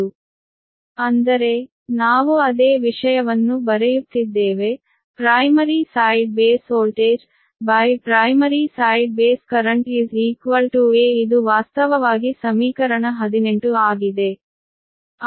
ಆದ್ದರಿಂದ ಅಂದರೆ ನಾವು ಅದೇ ವಿಷಯವನ್ನು ಬರೆಯುತ್ತಿದ್ದೇವೆ primary side base voltage primary side base current a ಇದು ವಾಸ್ತವವಾಗಿ ಸಮೀಕರಣ 18 ಆಗಿದೆ